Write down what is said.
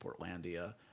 Portlandia